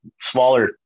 smaller